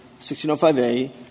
1605A